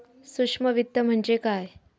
सूक्ष्म वित्त म्हणजे काय?